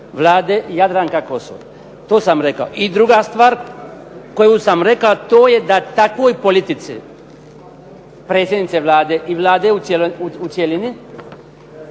Vlade Jadranka Kosor. To sam rekao. I druga stvar koju sam rekao to je da takvoj politici predsjednice Vlade i Vlade u cjelini